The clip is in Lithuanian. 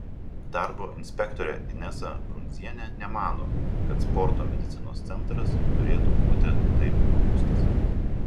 darbo inspektorė inesa brundzienė nemano kad sporto medicinos centras turėtų būti taip nubaustas